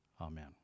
Amen